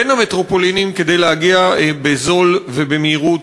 בין המטרופולינים כדי להגיע בזול ובמהירות,